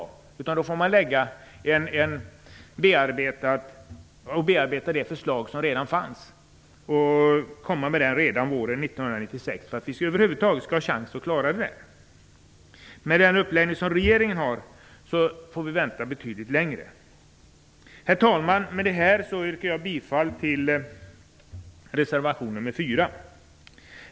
I stället får man bearbeta förslag som redan fanns och komma med tillbaka redan våren 1996 för att vi över huvud taget skall ha en chans att klara det här. Med regeringens uppläggning får vi vänta betydligt längre. Herr talman! Med detta yrkar jag bifall till reservation nr 4.